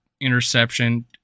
interception